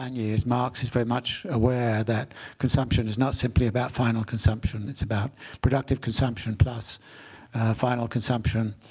and yeah is marx is very much aware that consumption is not simply about final consumption. it's about productive consumption plus final consumption.